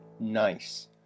nice